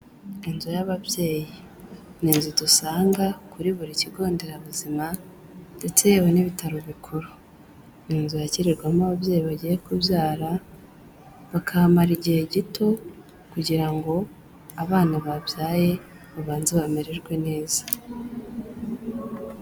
Inzu y'ababyeyi ni inzu dusanga kuri buri kigo nderabuzima, ndetse yewe n'ibitaro bikuru, ni inzu yakirirwamo ababyeyi bagiye kubyara, bakahamara igihe gito kugira ngo abana babyaye babanze bamererwe neza.